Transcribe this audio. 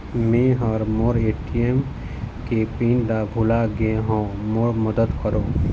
मै ह मोर ए.टी.एम के पिन ला भुला गे हों मोर मदद करौ